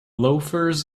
loafers